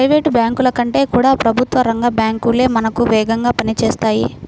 private బ్యాంకుల కంటే కూడా ప్రభుత్వ రంగ బ్యాంకు లే మనకు వేగంగా పని చేస్తాయి